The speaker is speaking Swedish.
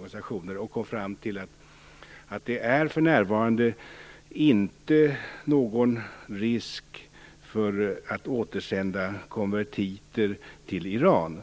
Man kom fram till att det för närvarande inte är någon risk med att återsända konvertiter till Iran.